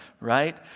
right